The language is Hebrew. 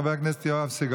של חבר הכנסת יואב סגלוביץ',